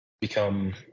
become